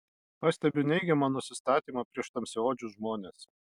pastebiu neigiamą nusistatymą prieš tamsiaodžius žmones